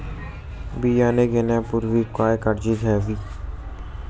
बियाणे घेण्यापूर्वी काय काळजी घ्यावी?